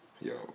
Yo